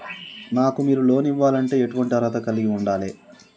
నాకు మీరు లోన్ ఇవ్వాలంటే ఎటువంటి అర్హత కలిగి వుండాలే?